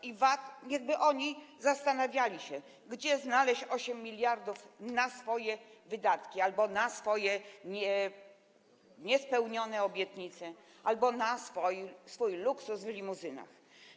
I niechby oni zastanawiali się, gdzie znaleźć 8 mld na swoje wydatki albo na swoje niespełnione obietnice, albo na swój luksus w limuzynach.